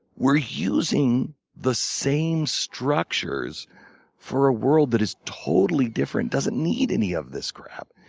we're using the same structures for a world that is totally different doesn't need any of this crap.